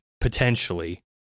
potentially